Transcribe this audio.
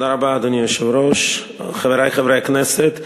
אדוני היושב-ראש, תודה רבה, חברי חברי הכנסת,